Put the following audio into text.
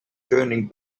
turning